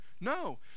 No